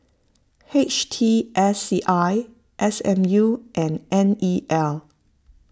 H T S C I S M U and N E L